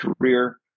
career